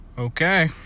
Okay